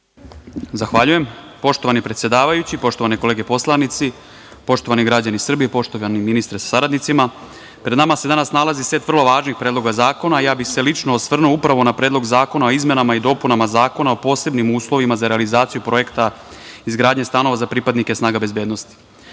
Zahvaljujem. Poštovani predsedavajući, poštovane kolege poslanici, poštovani građani Srbije, poštovani ministre sa saradnicima, pred nama se danas nalazi set vrlo važnih predloga zakona, a ja bih se lično osvrnuo upravo na Predlog zakona o izmenama i dopunama Zakona o posebnim uslovima za realizaciju projekta "Izgradnja stanova za pripadnike snaga bezbednosti".Pripadnici